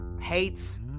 hates